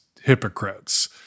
hypocrites